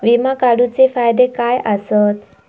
विमा काढूचे फायदे काय आसत?